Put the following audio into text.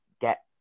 get